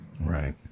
Right